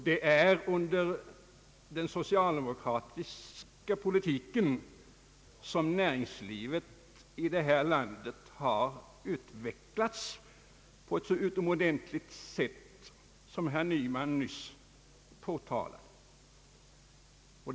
Det är under den socialdemokratiska politiken som näringslivet i detta land utvecklats på ett så utomordentligt sätt som herr Nyman nyss framhöll.